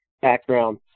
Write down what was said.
background